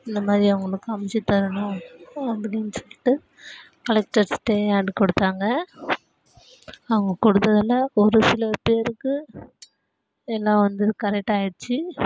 இந்த மாதிரி அவங்களுக்கும் அமைத்து தரணும் அப்படினு சொல்லிட்டு கலெக்டர் ஸ்டே ஆட்ரு கொடுத்தாங்க அவங்க கொடுத்ததுல ஒரு சில பேருக்கு எல்லாம் வந்து கரெட்டாக ஆகிடுச்சு